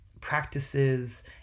practices